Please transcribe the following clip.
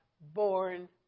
born